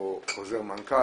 או חוזר מנכ"ל,